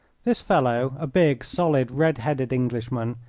this fellow, a big, solid, red-headed englishman,